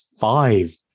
Five